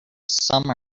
some